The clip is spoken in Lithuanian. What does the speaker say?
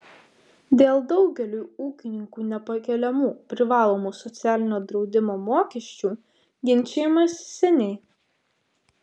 dėl daugeliui ūkininkų nepakeliamų privalomų socialinio draudimo mokesčių ginčijamasi seniai